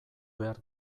behar